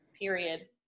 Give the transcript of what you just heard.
period